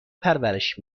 پرورش